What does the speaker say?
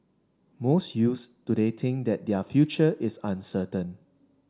most youths today think that their future is uncertain